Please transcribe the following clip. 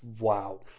Wow